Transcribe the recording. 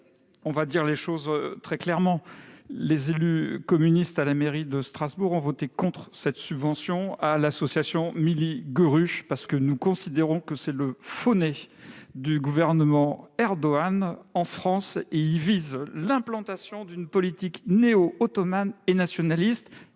disons les choses très clairement : les élus communistes à la mairie de Strasbourg ont voté contre cette subvention à l'association Millî Görüs, parce que nous considérons qu'elle est le faux-nez en France du gouvernement Erdogan, qui vise l'implantation d'une politique néo-ottomane, nationaliste